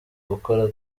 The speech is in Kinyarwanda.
gukora